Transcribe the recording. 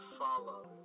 follow